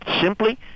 simply